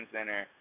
center